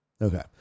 Okay